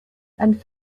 and